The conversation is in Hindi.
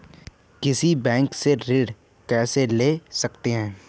किसी बैंक से ऋण कैसे ले सकते हैं?